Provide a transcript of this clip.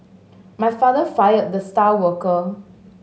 my father fired the star worker